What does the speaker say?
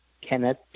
Kenneth